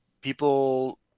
people